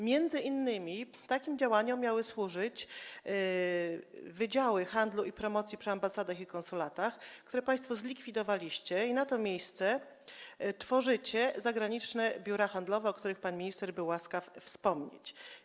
M.in. takim działaniom miały służyć wydziały handlu i promocji przy ambasadach i konsulatach, które państwo zlikwidowaliście, i na to miejsce tworzycie zagraniczne biura handlowe, o których pan minister był łaskaw wspomnieć.